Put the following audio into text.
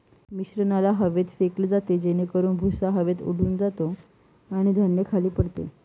मिश्रणाला हवेत फेकले जाते जेणेकरून भुसा हवेत उडून जातो आणि धान्य खाली पडते